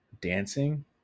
dancing